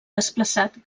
desplaçat